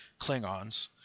Klingons